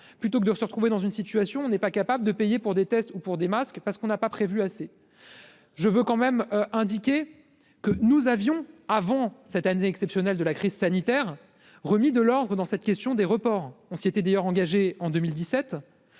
plutôt que de se retrouver dans une situation, on n'est pas capable de payer pour des tests ou pour des masques parce qu'on n'a pas prévu assez je veux quand même indiqué que nous avions avant cette année exceptionnelle de la crise sanitaire remis de l'ordre dans cette question des reports. On s'était d'ailleurs engagée en 2017